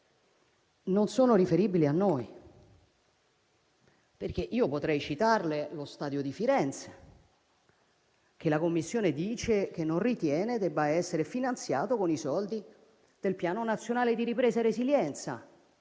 non sono riferibili a noi. Potrei citarle lo stadio di Firenze, che la Commissione dice che non ritiene debba essere finanziato con i soldi del Piano nazionale di ripresa resilienza,